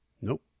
Nope